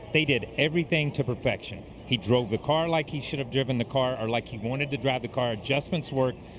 they did everything to perfection. he drove the car like he should have driven the car or like he wanted to drive the car. adjustments worked.